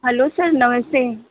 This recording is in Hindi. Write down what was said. हलो सर नमस्ते